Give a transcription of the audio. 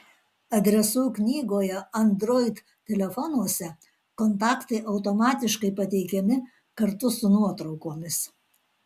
adresų knygoje android telefonuose kontaktai automatiškai pateikiami kartu su nuotraukomis